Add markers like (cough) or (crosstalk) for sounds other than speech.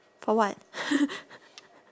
for what (noise)